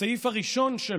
בסעיף הראשון של